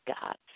God